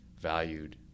valued